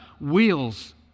wheels